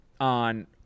on